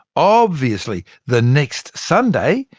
obviously, the next sunday,